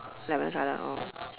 lavender colour oh